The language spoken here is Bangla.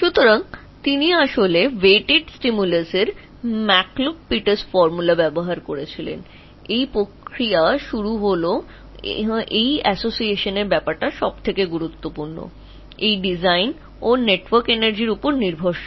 সুতরাং তিনি আসলে ম্যাককুলাক পিটস সূত্রটি ব্যবহার করছিলেন যেখানে উদ্দীপনাকে ভর বা weight হিসাবে ধরা হয়েছে তারপরে এটি প্রক্রিয়াতে আসে এই সংযোজন সর্বাধিক গুরুত্বপূর্ণ বিষয় এই নকশা এবং নেটওয়ার্ক energy function এর উপর নির্ভরশীল